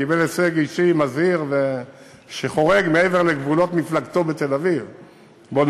וקיבל הישג אישי מזהיר, שחורג, בואו ונאמר,